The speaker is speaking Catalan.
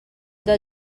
del